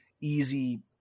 easy